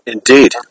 Indeed